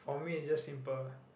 for me it's just simple